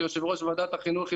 כיושב-ראש ועדת החינוך,